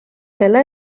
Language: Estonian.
selle